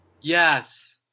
Yes